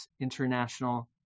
international